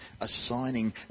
assigning